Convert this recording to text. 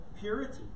purity